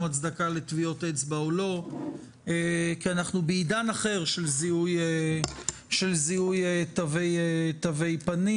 הצדקה לטביעות אצבע או לא כי אנחנו בעידן אחר של זיהוי תווי פנים.